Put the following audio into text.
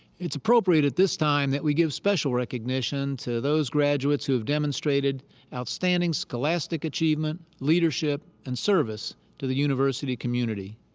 it's appropriate at this time that we give special recognition to those graduates who have demonstrated outstanding scholastic achievement, leadership, and service to the university community.